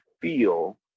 feel